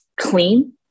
clean